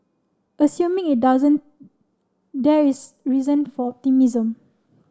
assuming it doesn't there is reason for